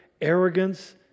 arrogance